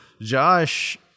Josh